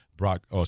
Brock